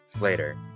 later